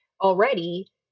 already